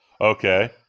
Okay